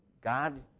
God